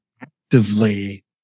actively